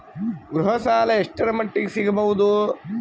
ಗೃಹ ಸಾಲ ಎಷ್ಟರ ಮಟ್ಟಿಗ ಸಿಗಬಹುದು?